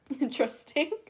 interesting